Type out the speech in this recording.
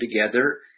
together